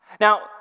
Now